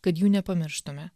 kad jų nepamirštume